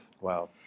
Wow